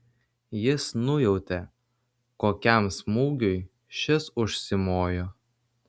jis nujautė kokiam smūgiui šis užsimojo